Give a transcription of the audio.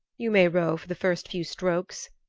you may row for the first few strokes,